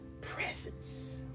presence